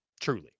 truly